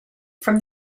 from